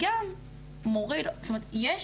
גם לזה